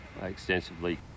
extensively